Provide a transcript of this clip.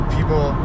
People